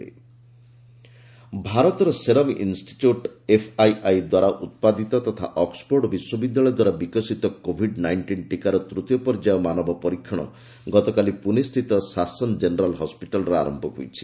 phase three human trial ଭାରତର serum institute FII ଦ୍ୱାରା ଉତ୍ପାଦିତ ତଥା ଅକ୍କଫୋର୍ଡ ବିଶ୍ୱବିଦ୍ୟାଳୟ ଦ୍ୱାରା ବିକଶିତ କୋଭିଡ୍ ନାଇଷ୍ଟିନ୍ ଟିକାର ତୂତୀୟ ପର୍ଯ୍ୟାୟ ମାନବ ପରୀକ୍ଷଣ ଗତକାଲି ପୁନେ ସ୍ଥିତ ସାସନ ଜେନେରାଲ୍ ହସ୍କିଟାଲ୍ରେ ଆରମ୍ଭ ହୋଇଛି